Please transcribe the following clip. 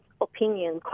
opinion